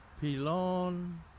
Pilon